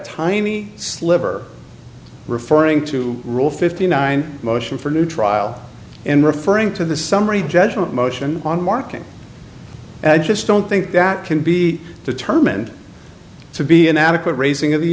tiny sliver referring to rule fifty nine motion for new trial and referring to the summary judgment motion on marking i just don't think that can be determined to be an adequate raising of the